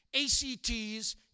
ACTs